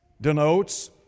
denotes